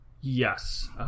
Yes